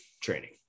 training